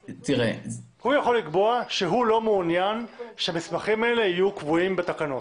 הוא יכול לקבוע שהוא לא מעוניין שהמסמכים האלה יהיו קבועים בתקנות.